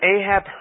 Ahab